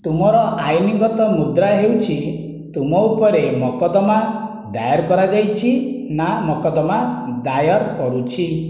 ତୁମର ଆଇନଗତ ମୁଦ୍ରା ହେଉଛି ତୁମ ଉପରେ ମକଦ୍ଦମା ଦାୟର କରାଯାଇଛି ନା ମକଦ୍ଦମା ଦାୟର କରୁଛି